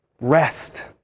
rest